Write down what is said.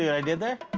yeah i did there?